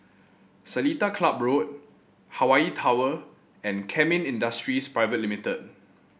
Seletar Club Road Hawaii Tower and Kemin Industries Pte Limited